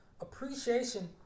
Appreciation